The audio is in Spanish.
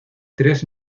tres